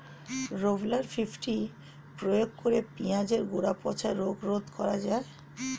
Rovral fifty প্রয়োগ করে পেঁয়াজের গোড়া পচা রোগ রোধ করা যায়?